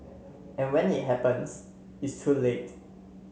and when it happens it's too late